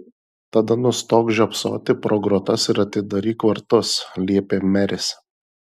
tada nustok žiopsoti pro grotas ir atidaryk vartus liepė meris